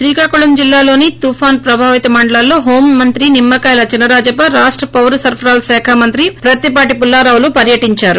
శ్రీకాకుళం జిల్లాలోని తుపాను ప్రభావిత మండలాల్లో హోం మంత్రి నిమ్మకాయల చినరాజప్ప రాష్ట పారసరఫరాల శాఖ మంత్రి ప్రత్తిపాటి పుల్లారావులు పర్యటిందారు